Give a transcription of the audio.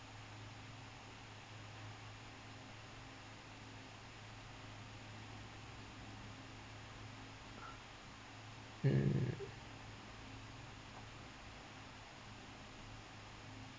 mm